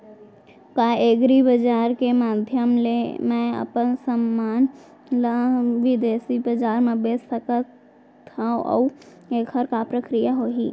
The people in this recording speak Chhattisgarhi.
का एग्रीबजार के माधयम ले मैं अपन समान ला बिदेसी बजार मा बेच सकत हव अऊ एखर का प्रक्रिया होही?